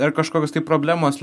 ar kažkokios tai problemos